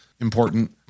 important